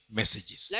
messages